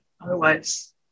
otherwise